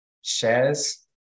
shares